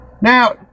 Now